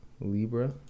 Libra